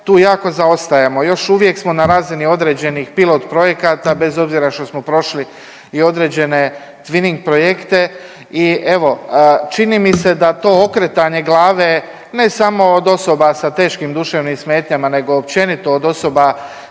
Tu jako zaostajemo. Još uvijek smo na razini određenih pilot projekata bez obzira što smo prošli i određene tvining projekte. I evo, čini mi se da to okretanje glave ne samo od osoba sa teškim duševnim smetnjama nego općenito od osoba